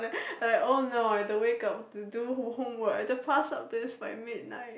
I like oh no I have to wake up to do homework and to pass up this by midnight